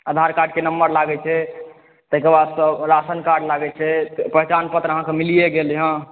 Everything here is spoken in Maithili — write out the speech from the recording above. आधार कार्ड के नम्बर लागै छै तेकर बादसॅं राशन कार्ड लागै छै पहचान पत्र अहाँकेॅं मिलिये गेल हँ